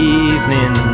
evening